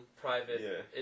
private